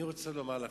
אני רוצה לומר לכם,